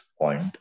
point